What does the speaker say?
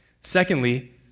Secondly